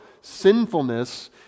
sinfulness